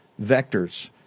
vectors